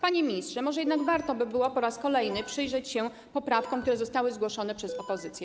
Panie ministrze, może jednak warto by było po raz kolejny przyjrzeć się poprawkom, które zostały zgłoszone przez opozycję.